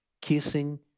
kissing